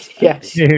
yes